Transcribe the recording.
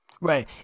right